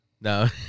No